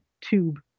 tube